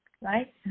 right